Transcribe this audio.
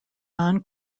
non